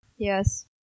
Yes